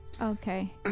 Okay